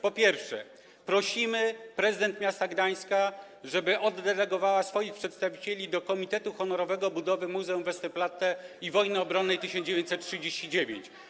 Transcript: Po pierwsze, prosimy prezydent miasta Gdańska, żeby oddelegowała swoich przedstawicieli do Komitetu Honorowego ds. budowy Muzeum Westerplatte i Wojny Obronnej 1939.